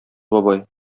бабай